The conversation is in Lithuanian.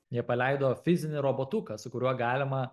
jie paleido fizinį robotuką su kuriuo galima